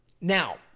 Now